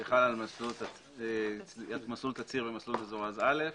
זה חל על מסלול תצהיר ומסלול מזורז א',